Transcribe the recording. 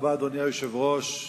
אדוני היושב-ראש,